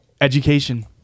Education